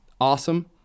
Awesome